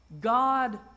God